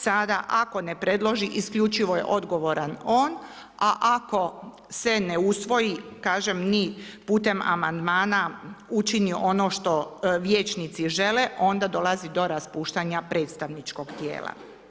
Sada ako ne predloži isključivo je odgovoran on, a ako se ne usvoji ni putem amandmana učini ono što vijećnici žele onda dolazi do raspuštanja predstavničkog tijela.